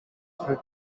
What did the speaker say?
who